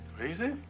Crazy